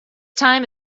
time